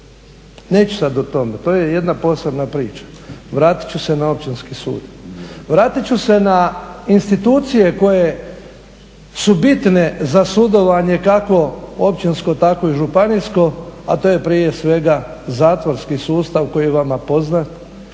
neću sad o tome. To je jedna posebna priča. Vratit ću se na institucije koje su bitne za sudovanje kako općinsko tako i županijsko, a to je prije svega zatvorski sustav koji je vama poznat.